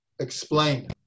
explain